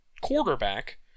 quarterback